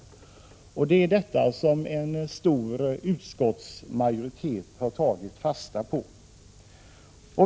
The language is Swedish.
Det är detta som en stor utskottsmajoritet har tagit fasta på.